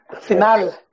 Final